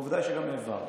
ועובדה שגם העברנו.